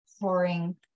pouring